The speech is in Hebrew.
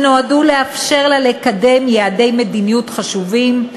שנועדו לאפשר לה לקדם יעדי מדיניות חשובים.